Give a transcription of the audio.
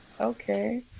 Okay